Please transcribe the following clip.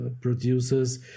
producers